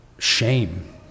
shame